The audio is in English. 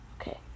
Okay